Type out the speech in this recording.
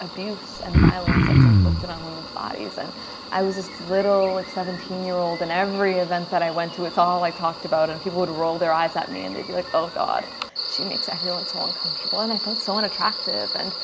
abuse and violence that's inflicted on women's bodies and i was just little like seventeen year old in every event that i went to it's all i talked about and people would roll their eyes at me and they'd be like, oh god she makes everyone so uncomfortable and i felt so unattractive and